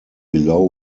below